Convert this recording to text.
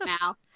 now